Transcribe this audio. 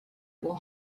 will